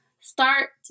start